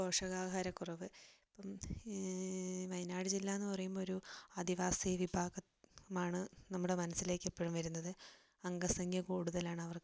പോഷകാഹാരക്കുറവ് ഇപ്പം വയനാട് ജില്ലാന്നു പറയുമ്പോൾ ഒരു ആദിവാസി വിഭാഗമാണ് നമ്മുടെ മനസിലേക്ക് എപ്പഴും വരുന്നത് അംഗസംഖ്യ കൂടുതലാണവർക്ക്